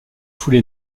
foule